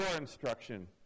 instruction